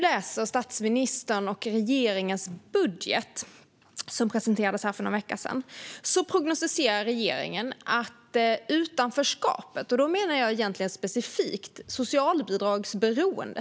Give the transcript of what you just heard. I statsministerns och regeringens budget som presenterades för någon vecka sedan prognostiserar regeringen utanförskapet, och då menar jag egentligen specifikt socialbidragsberoendet.